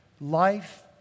life